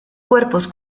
cuerpos